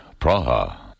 Praha